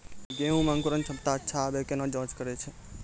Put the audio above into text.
गेहूँ मे अंकुरन क्षमता अच्छा आबे केना जाँच करैय छै?